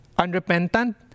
unrepentant